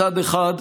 מצד אחד,